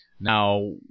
Now